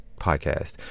podcast